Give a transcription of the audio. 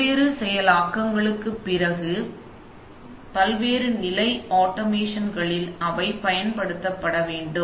பல்வேறு செயலாக்கங்களுக்குப் பிறகு மற்றும் பல்வேறு நிலை ஆட்டோமேஷன்களில் அவை பயன்படுத்தப்பட வேண்டும்